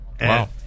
Wow